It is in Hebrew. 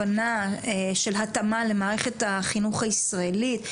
הבנה של התאמה למערכת החינוך הישראלית?